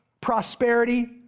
prosperity